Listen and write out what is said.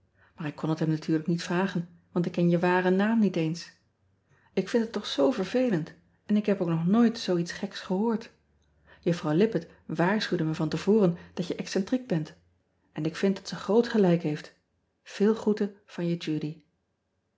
aar ik kon het hem natuurlijk niet vragen want ik ken je waren naam niet eens k vind het och zoo vervelend en ik heb ook nog nooit zoo iets geks gehoord uffrouw ippett waar schuwde me van te voren dat je exentriek bent n ik vind dat ze groot gelijk heeft eel groeten van je udy